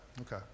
Okay